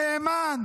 נאמן,